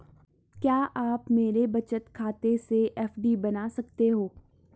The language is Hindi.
क्या आप मेरे बचत खाते से एफ.डी बना सकते हो?